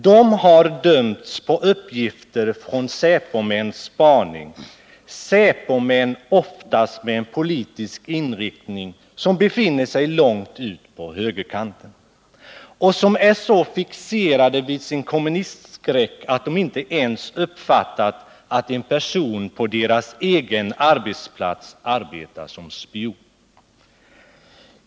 De har dömts på uppgifter från säpomäns spaning, säpomän som ofta haft en politisk inriktning som befinner sig långt ut på högerkanten, säpomän som är så fixerade vid sin kommunistskräck att de inte ens uppfattat att en person på deras egen arbetsplats arbetat som spion.